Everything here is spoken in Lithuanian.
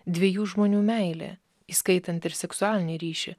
dviejų žmonių meilė įskaitant ir seksualinį ryšį